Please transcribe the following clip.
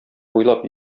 буйлап